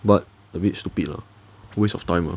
but a bit stupid lah waste of time